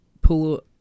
pull